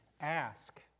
ask